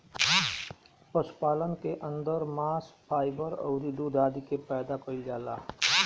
पशुपालन के अंदर मांस, फाइबर अउरी दूध आदि के पैदा कईल जाला